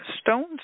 stones